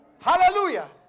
Hallelujah